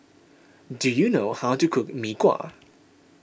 do you know how to cook Mee Kuah